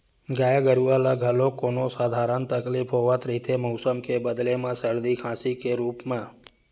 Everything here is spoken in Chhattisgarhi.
गाय गरूवा ल घलोक कोनो सधारन तकलीफ होवत रहिथे मउसम के बदले म सरदी, खांसी के रुप म